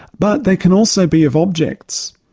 but they can also be of objects,